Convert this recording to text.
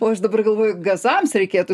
o aš dabar galvoju gazams reikėtų